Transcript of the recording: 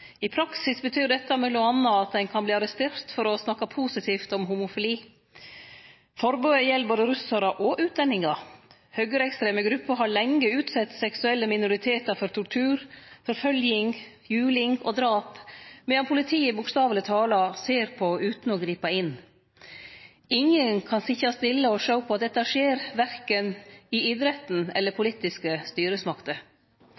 I praksis betyr dette m.a. at ein kan verte arrestert for å snakke positivt om homofili. Forbodet gjeld både russarar og utlendingar. Høgreekstreme grupper har lenge utsett seksuelle minoritetar for tortur, forfølging, juling og drap, medan politiet bokstaveleg tala ser på utan å gripe inn. Ingen kan sitje stille og sjå på at dette skjer, verken i idretten eller